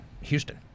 Houston